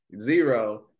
zero